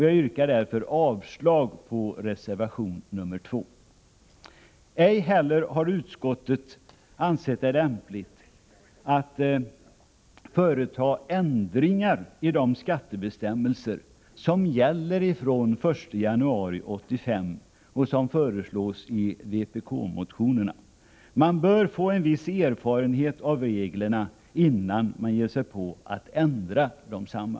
Jag yrkar därför avslag på reservation nr 2. Utskottet har ej heller ansett att det är lämpligt att företa ändringar i de skattebestämmelser som gäller från den 1 januari 1985, vilket föreslås i vpk-motionerna. Vi bör få en viss erfarenhet av reglerna innan vi ger oss på att ändra desamma.